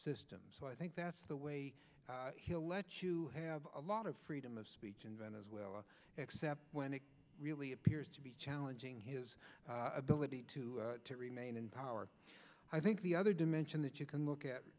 system so i think that's the way he'll let you have a lot of freedom of speech in venezuela except when it really appears to be challenging his ability to remain in power i think the other dimension that you can look at